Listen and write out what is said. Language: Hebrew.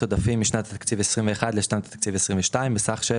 עודפים משנת התקציב 2021 לשנת התקציב 2022 בסך של